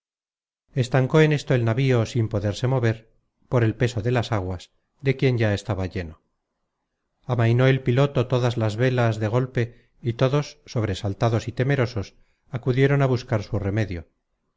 estancó en esto el navío sin poderse mover por el peso de las aguas de quien ya estaba lleno amainó el piloto todas las velas de golpe y todos sobresaltados y temerosos acudieron a buscar su remedio